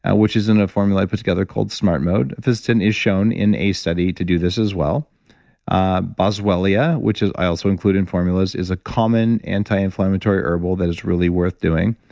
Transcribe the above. which is in a formula i put together called smart mode. fisetin is shown in a study to do this as well ah boswellia, which is, i also include in formulas, is a common anti-inflammatory herbal that is really worth doing.